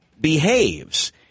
behaves